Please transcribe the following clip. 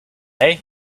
day